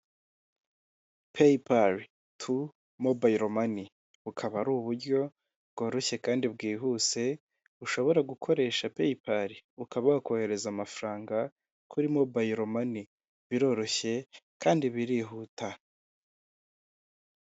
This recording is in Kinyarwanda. Peyipari tu mobayiro mani, bukaba ari uburyo bworoshye kandi bwihuse ushobora gukoresha Peyipari ukaba wakohereza amafaranga kuri mobayiro mani biroroshye kandi birihuta.